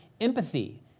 empathy